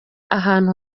ahantu